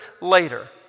later